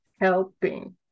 helping